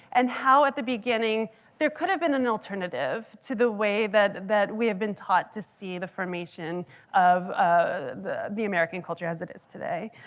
and how at the beginning there could have been an alternative to the way that that we have been taught to see the formation of the the american culture as it is today.